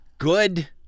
Good